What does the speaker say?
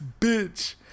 bitch